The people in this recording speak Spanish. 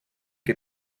que